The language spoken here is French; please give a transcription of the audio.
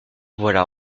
voilà